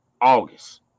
August